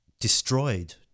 destroyed